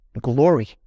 glory